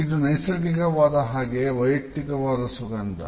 ಇದು ನೈಸರ್ಗಿಕವಾದ ಹಾಗೆಯೆ ವೈಯುಕ್ತಿಕವಾದ ಸುಗಂಧ